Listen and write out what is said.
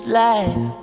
life